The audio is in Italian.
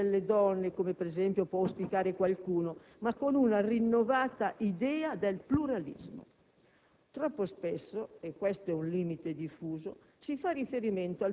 con la «televisione delle donne», come per esempio può auspicare qualcuno, ma con una rinnovata idea di pluralismo. Troppo spesso (e questo è un limite diffuso)